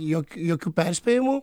jokių jokių perspėjimų